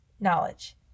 knowledge